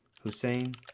Hussein